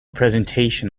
presentation